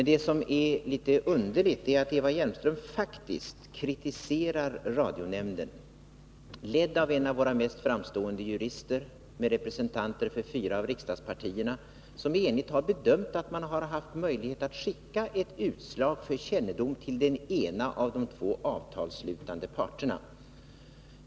Det egendomliga är att Eva Hjelmström faktiskt kritiserar radionämnden, ledd av en av våra mest framstående jurister och med representanter för fyra av riksdagspartierna, som enigt har kommit fram till den bedömningen att man har skickat ett utslag för kännedom till en av de två avtalsslutande parterna.